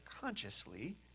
consciously